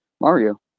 Mario